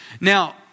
Now